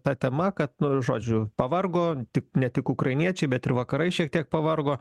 ta tema kad nu žodžiu pavargo tik ne tik ukrainiečiai bet ir vakarai šiek tiek pavargo